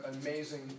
amazing